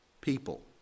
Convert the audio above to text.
people